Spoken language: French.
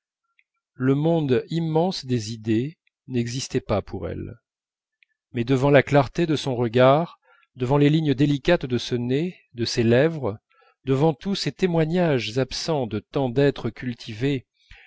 le monde immense des idées n'existait pas pour elle mais devant la clarté de son regard devant les lignes délicates de ce nez de ces lèvres devant tous ces témoignages absents de